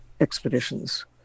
expeditions